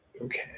Okay